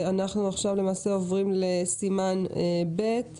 אנחנו עוברים לסימן ב',